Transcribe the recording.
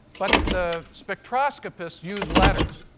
but the spectroscopists use letters.